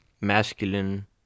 masculine